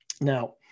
Now